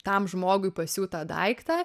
tam žmogui pasiūtą daiktą